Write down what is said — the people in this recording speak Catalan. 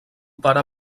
pare